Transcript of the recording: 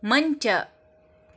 ಮಂಚ